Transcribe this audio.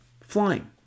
flying